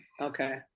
okay